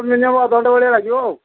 minimum ଅଧ ଘଣ୍ଟା ଭଳିଆ ଲାଗିବ ଆଉ